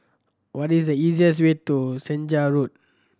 what is the easiest way to Senja Road